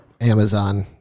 Amazon